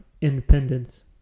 independence